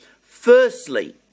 Firstly